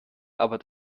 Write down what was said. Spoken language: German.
aber